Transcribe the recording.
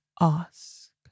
ask